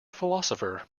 philosopher